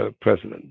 president